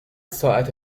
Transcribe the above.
ساعت